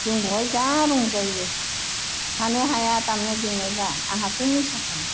जों बेवहाय जा रंजायो थानो हाया दामनाय देनायबा आंहाथ' मोसाखायो